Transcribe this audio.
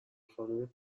خانم